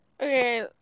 Okay